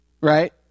right